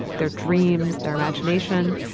their dreams, their imagination.